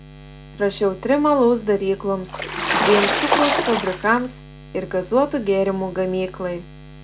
rašiau trim alaus darykloms dviem cukraus fabrikams ir gazuotų gėrimų gamyklai